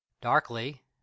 Darkly